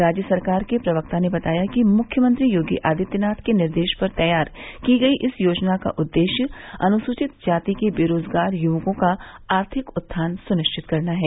राज्य सरकार के प्रवक्ता ने बताया कि मुख्यमंत्री योगी आदित्यनाथ के निर्देश पर तैयार की गई इस योजना का उद्देश्य अनुसूचित जाति के बेरोजगार युवकों का आर्थिक उत्थान सुनिश्चित करना है